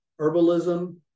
herbalism